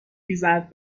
خیزد